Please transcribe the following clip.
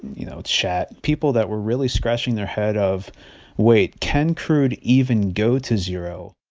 you know, chat people that were really scratching their head of wait can crude even go to zero?